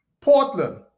Portland